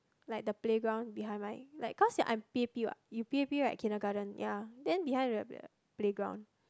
like the playground behind right like cause I'm P_A_P what you P_A_P right kindergarten ya then behind very weird playground